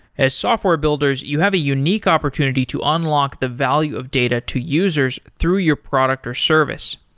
as software builders, you have a unique opportunity to unlock the value of data to users through your product or service.